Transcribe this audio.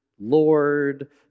Lord